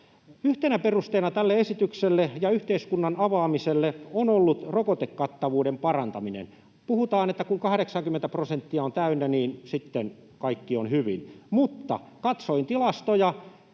Yhtenä perusteena tälle esitykselle ja yhteiskunnan avaamiselle on ollut rokotekattavuuden parantaminen. Puhutaan, että kun 80 prosenttia on täynnä, niin sitten kaikki on hyvin. Mutta katsoin tilastoja: